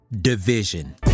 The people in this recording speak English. division